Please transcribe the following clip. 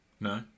no